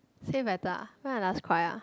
say better ah when's my last cry ah